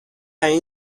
این